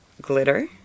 glitter